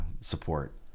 support